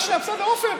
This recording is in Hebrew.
רק שנייה, עפר.